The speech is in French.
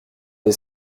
les